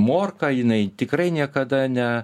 morka jinai tikrai niekada ne